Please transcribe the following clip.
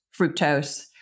fructose